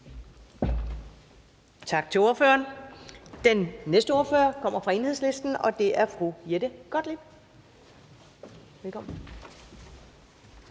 Tak til ordføreren. Den næste ordfører kommer fra Enhedslisten, og det er fru Jette Gottlieb. Velkommen.